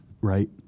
right